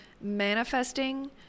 manifesting